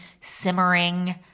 simmering